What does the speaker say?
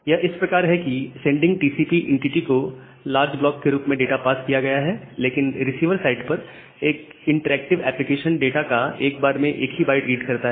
यह इस प्रकार है कि सेंडिंग टीसीपी इनटीटी को लार्ज ब्लॉक के रूप में डाटा पास किया गया है लेकिन रिसीवर साइड पर एक इंटरएक्टिव एप्लीकेशन डाटा का एक बार में एक ही बाइट रीड करता है